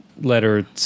letter